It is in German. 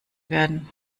werden